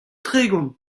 tregont